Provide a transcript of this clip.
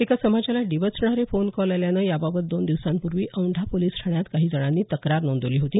एका समाजाला डिवचणारे फोन कॉल आल्याने याबाबत दोन दिवसांपूर्वी औंढा पोलीस ठाण्यात काही जणांनी तक्रार नोंदवली होती